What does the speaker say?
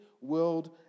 world